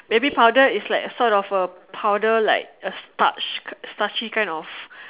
baby powder is like sort of a powder like a starch starchy kind of